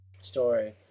story